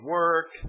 work